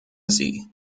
sie